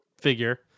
figure